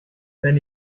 then